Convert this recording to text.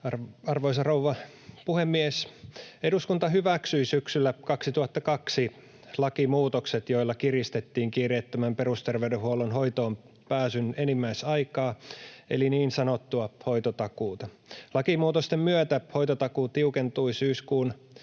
Arvoisa rouva puhemies! Eduskunta hyväksyi syksyllä 2022 lakimuutokset, joilla kiristettiin kiireettömän perusterveydenhuollon hoitoonpääsyn enimmäisaikaa eli niin sanottua hoitotakuuta. Lakimuutosten myötä hoitotakuu tiukentui syyskuun